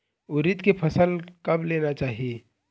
उरीद के फसल कब लेना चाही?